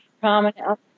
prominent